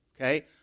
okay